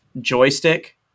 joystick